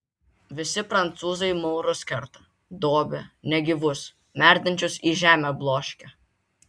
visi prancūzai maurus kerta dobia negyvus merdinčius į žemę bloškia